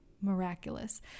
miraculous